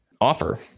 offer